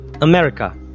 America